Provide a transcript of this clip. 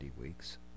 weeks